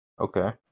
Okay